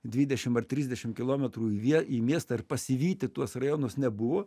dvidešim ar trisdešim kilometrų į vie į miestą ir pasivyti tuos rajonus nebuvo